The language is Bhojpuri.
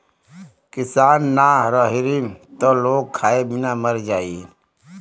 किसान ना रहीहन त लोग खाए बिना मर जाई